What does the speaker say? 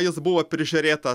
arba jis buvo prižiūrėtas